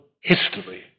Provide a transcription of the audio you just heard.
history